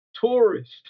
tourist